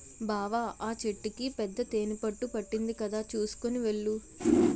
బావా ఆ చెట్టుకి పెద్ద తేనెపట్టు పట్టింది కదా చూసుకొని వెళ్ళు